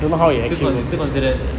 still con~ still considered